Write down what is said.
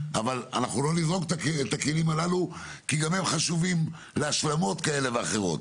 אבל אנחנו לא נזרוק את הכלים הללו כי גם הם חשובים להשלמות כאלה ואחרות.